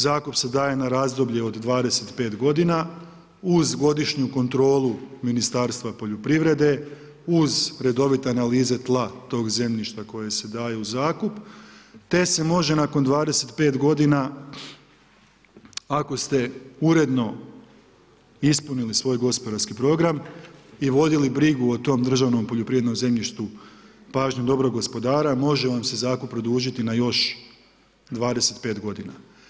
Zakup se daje na razdoblje od 25 godina uz godišnju kontrolu Ministarstva poljoprivrede, uz redovite analize tla tog zemljišta koje se daje u zakup, te se može nakon 25 godina ako ste uredno ispunili svoj gospodarski program i vodili brigu o tom državnom poljoprivrednom zemljištu pažnjom dobro gospodara može vam se zakup produžiti na još 25 godina.